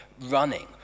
running